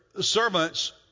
servants